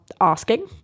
asking